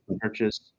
purchase